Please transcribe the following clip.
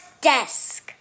Desk